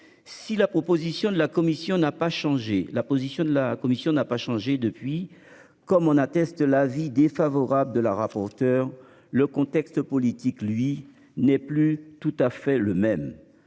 la position de la commission n'a pas changé depuis. Comme en atteste l'avis défavorable de la rapporteure. Le contexte politique, lui, n'est plus tout à fait le même.